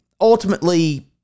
ultimately